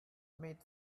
made